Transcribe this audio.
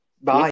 Bye